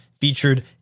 featured